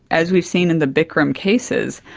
as we've seen in the bikram cases,